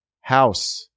house